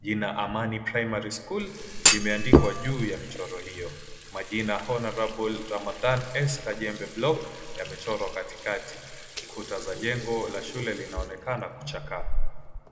jina Amani Primary School limeandikwa juu ya michoro hiyo majina Honourable Ramadhan Eska Jembe Block yamechorwa katikati. Kuta za jengo la shule linaonekana kuchakaa.